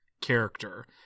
character